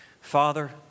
Father